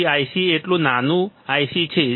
પછી IC એટલું નાનું IC છે